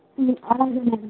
అలాగే మేడమ్